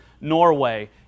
Norway